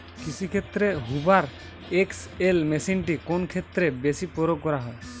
কৃষিক্ষেত্রে Hoover XL মেশিনটি কোন ক্ষেত্রে বেশি প্রয়োগ করা হয়?